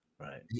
Right